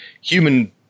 human